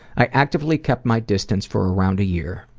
i actively kept my distance for around a year,